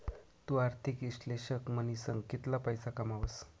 तु आर्थिक इश्लेषक म्हनीसन कितला पैसा कमावस